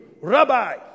Rabbi